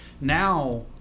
Now